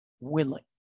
willing